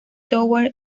tower